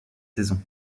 saison